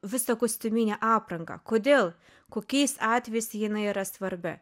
visą kostiuminę aprangą kodėl kokiais atvejais jinai yra svarbi